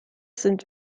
sind